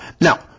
Now